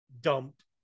dumped